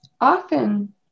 often